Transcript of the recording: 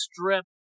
strip